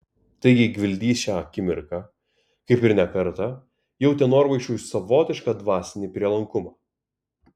taigi gvildys šią akimirką kaip ir ne kartą jautė norvaišui savotišką dvasinį prielankumą